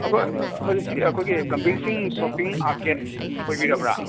ꯑꯩꯈꯣꯏ ꯁꯤ ꯑꯩꯈꯣꯏꯒꯤ ꯒꯝꯚꯤꯔ ꯁꯤꯡ ꯁꯣꯄꯤꯡ ꯑꯥꯔꯀꯦꯠ ꯑꯣꯏꯕꯤꯔꯕ꯭ꯔꯥ